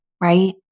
right